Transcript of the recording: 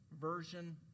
Version